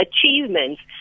achievements